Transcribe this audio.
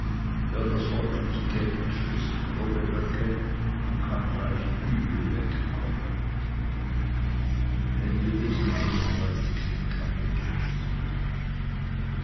wer das volk nicht kennt schießt grobe böcke und kann leicht übel wegkommen